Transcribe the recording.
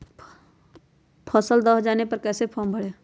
फसल दह जाने पर कैसे फॉर्म भरे?